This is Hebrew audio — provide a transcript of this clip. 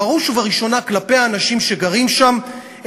בראש ובראשונה כלפי האנשים שגרים שם,